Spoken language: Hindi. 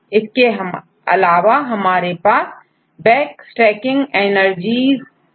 इसके अलावा हमारे पास base stacking energies dataहोता है